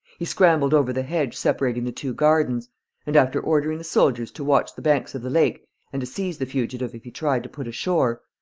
he scrambled over the hedge separating the two gardens and, after ordering the soldiers to watch the banks of the lake and to seize the fugitive if he tried to put ashore,